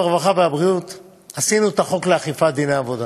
הרווחה והבריאות עשינו את החוק לאכיפת דיני עבודה.